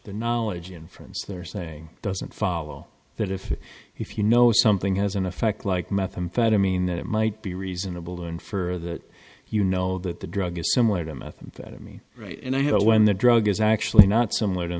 the knowledge inference they're saying doesn't follow that if you know something has an effect like methamphetamine then it might be reasonable to infer that you know that the drug is similar to methamphetamine right and i know when the drug is actually not similar to